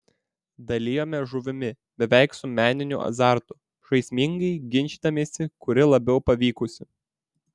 dalijomės žuvimi beveik su meniniu azartu žaismingai ginčydamiesi kuri labiau pavykusi